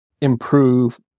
improve